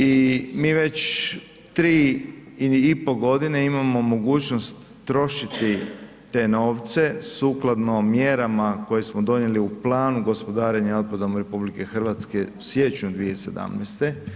I mi već tri i pol godine imamo mogućnost trošiti te novce sukladno mjerama koje smo donijeli u planu gospodarenja otpadom RH u siječnju 2017.